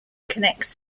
connects